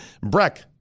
Breck